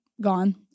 gone